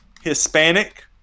Hispanic